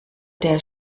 der